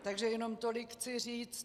Takže jenom tolik chci říct.